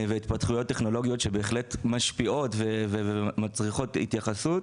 והתפתחויות טכנולוגיות שבהחלט משפיעות ומצריכות התייחסות.